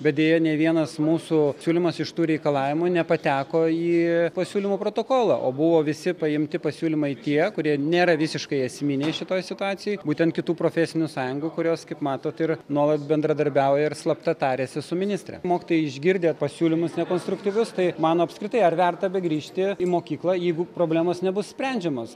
bet deja nė vienas mūsų siūlymas iš tų reikalavimų nepateko į pasiūlymų protokolą o buvo visi paimti pasiūlymai tie kurie nėra visiškai esminiai šitoj situacijoj būtent kitų profesinių sąjungų kurios kaip matot ir nuolat bendradarbiauja ir slapta tariasi su ministre mokytojai išgirdę pasiūlymus nekonstruktyvius tai man apskritai ar verta begrįžti į mokyklą jeigu problemos nebus sprendžiamos